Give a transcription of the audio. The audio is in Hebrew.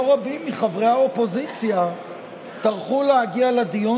רבים מחברי האופוזיציה טרחו להגיע לדיון,